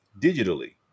digitally